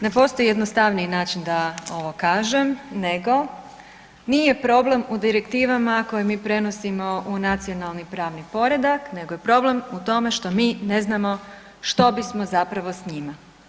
Ne postoji jednostavniji način da ovo kažem nego nije problem u direktivama koje mi prenosimo u nacionalni pravni okvir nego je problem u tome što mi ne znamo što bismo zapravo s njima.